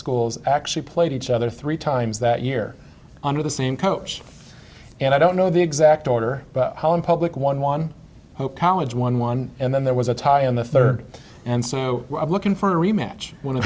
schools actually played each other three times that year under the same coach and i don't know the exact order but how in public one one hope college one won and then there was a tie in the third and so i'm looking for a rematch